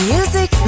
Music